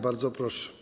Bardzo proszę.